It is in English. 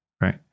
right